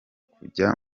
kujya